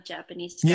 Japanese